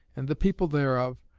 and the people thereof,